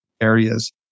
areas